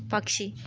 పక్షి